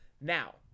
now